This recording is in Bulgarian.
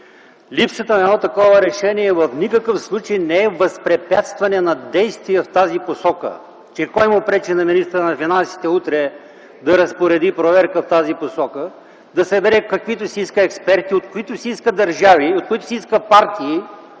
Липсата на едно такова решение в никакъв случай не е възпрепятстване на действие в тази посока. Кой му пречи на министъра на финансите утре да разпореди проверка в тази посока – да събере каквито си иска експерти, от които си иска държави, от които си иска партии